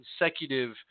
consecutive